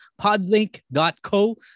podlink.co